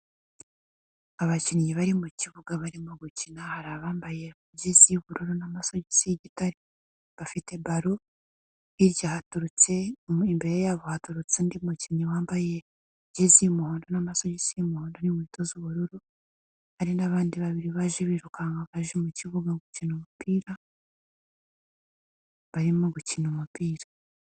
Abakinnyi bari mu kibuga barimo gukina, hari abambaye jezi y'ubururu n'amasogisi y'igitare bafite ballon, imbere yabo haturutse undi mukinnyi wambaye jezi z'umuhondo n'amasogisi y'umuhodo n'inkweto z'ubururu, hari n'abandi babiri baje birukanwa baje mu kibuga gukina umupira, barimo gukina umupira.